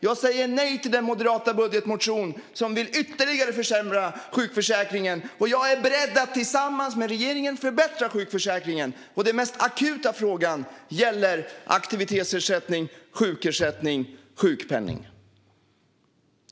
Jag säger nej till den moderata budgetmotion som vill försämra sjukförsäkringen ytterligare, och jag är beredd att tillsammans med regeringen förbättra sjukförsäkringen! Den mest akuta frågan gäller aktivitetsersättning, sjukersättning och sjukpenning.